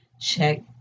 Check